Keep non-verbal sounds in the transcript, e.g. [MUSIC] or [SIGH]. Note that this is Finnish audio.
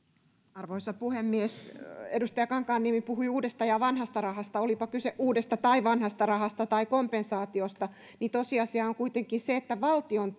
arvoisa puhemies edustaja kankaanniemi puhui uudesta ja vanhasta rahasta olipa kyse uudesta tai vanhasta rahasta tai kompensaatiosta niin tosiasia on kuitenkin se että valtion [UNINTELLIGIBLE]